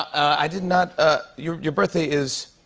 i did not ah your your birthday is.